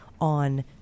on